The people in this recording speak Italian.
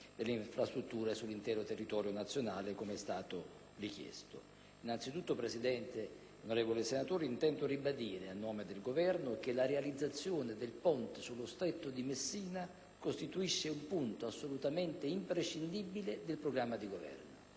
delle infrastrutture sull'intero territorio nazionale, com'è stato richiesto. Innanzitutto, signora Presidente, onorevoli senatori, intendo ribadire, a nome del Governo, che la realizzazione del ponte sullo Stretto di Messina costituisce un punto assolutamente imprescindibile del programma di Governo.